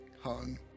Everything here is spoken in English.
hung